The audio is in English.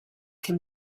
can